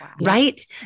Right